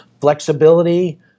Flexibility